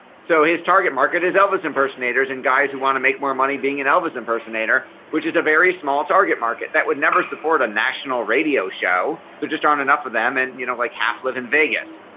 so his target market is elvis impersonators and guys who want to make more money being an elvis impersonator which is a very small target market that would never support a national radio show. there just aren't enough of them and you know like half live in vegas.